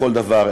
לכל דבר.